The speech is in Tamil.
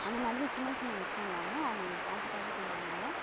அந்த மாதிரி சின்னச் சின்ன விஷயம் எல்லாமும் அவங்க எனக்கு பார்த்து பார்த்து செஞ்சதுனால்